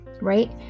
right